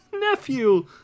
nephew